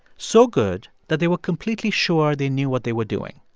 so good that they were completely sure they knew what they were doing.